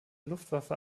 luftwaffe